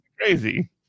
crazy